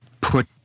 put